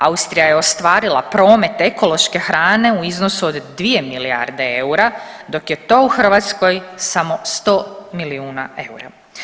Austrija je ostvarila promet ekološke hrane u iznosu od 2 milijarde eura dok je to u Hrvatskoj samo 100 milijuna eura.